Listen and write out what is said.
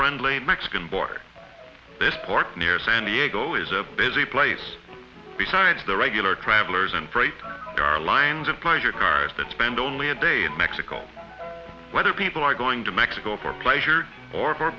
friendly mexican border this port near san diego is a busy place besides the regular travelers and there are lines of pleasure cars that spend only a day in mexico whether people are going to mexico for pleasure or